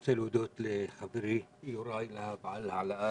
אני רוצה להודות לחברי יוראי להב על העלאת